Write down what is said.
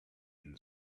and